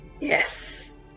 Yes